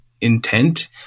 intent